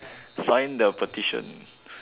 sign the petition